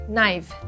Knife